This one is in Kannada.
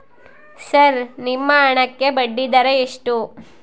ಸರ್ ನಿಮ್ಮ ಹಣಕ್ಕೆ ಬಡ್ಡಿದರ ಎಷ್ಟು?